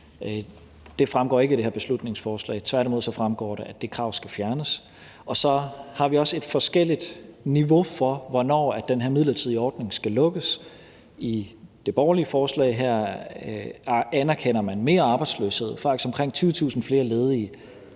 Det fremgår ikke af det her beslutningsforslag. Tværtimod fremgår det, at det krav skal fjernes. Så har vi også et forskelligt niveau for, hvornår den her midlertidige ordning skal lukkes. I det borgerlige forslag her accepterer man mere arbejdsløshed, faktisk omkring 20.000 flere ledige,